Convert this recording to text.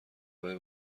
همه